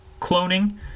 cloning